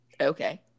okay